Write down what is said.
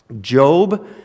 Job